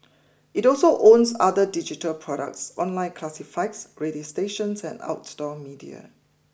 it also owns other digital products online classifieds radio stations and outdoor media